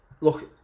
Look